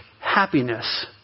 happiness